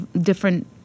different